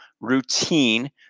routine